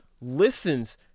listens